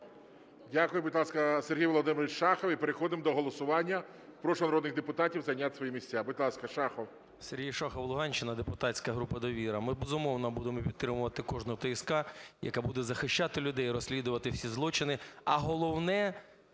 Дякую. Будь ласка, Сергій Володимирович Шахов. І переходимо до голосування. Прошу народних депутатів зайняти свої місця. Будь ласка, Шахов. 14:12:54 ШАХОВ С.В. Сергій Шахов, Луганщина, депутатська група "Довіра". Ми, безумовно, будемо підтримувати кожну ТСК, яка буде захищати людей і розслідувати всі злочини.